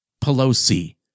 Pelosi